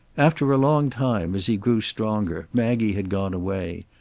after a long time, as he grew stronger, maggie had gone away,